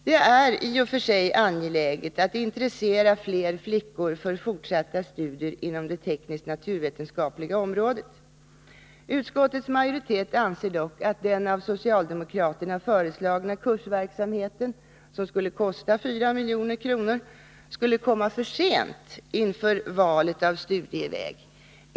Det är i och för sig angeläget att intressera flickor för fortsatta studier inom det teknisk-naturvetenskapliga området. Utskottets majoritet anser dock att den av socialdemokraterna föreslagna kursverksamheten — som skulle kosta 4 milj.kr. — skulle komma för sent inför valet av studieväg.